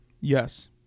Yes